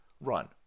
run